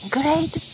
great